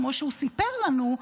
כמו שהוא סיפר לנו,